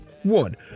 One